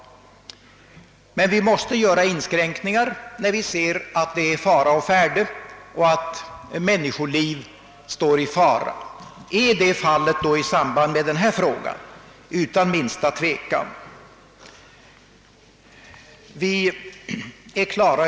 Men vi måste göra inskränkningar när vi märker att det är fara å färde och att människoliv befinner sig i riskzonen. Är detta fallet i samband med tobaksreklamen? Utan minsta tvekan ja!